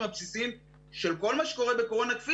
הבסיסיים של כל מה שקורה בקורונה - כפי